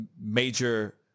major